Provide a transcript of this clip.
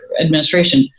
administration